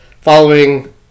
following